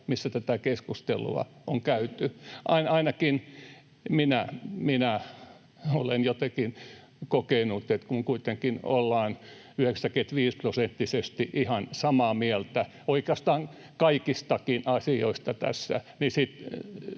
missä tätä keskustelua on käyty. Ainakin minä olen jotenkin kokenut, että kun kuitenkin ollaan 95-prosenttisesti ihan samaa mieltä oikeastaan kaikistakin asioista tässä,